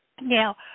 Now